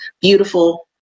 beautiful